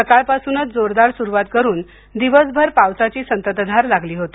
सकाळपासूनच जोरदार सुरुवात करून दिवसभर पावसाची संततधार लागली होती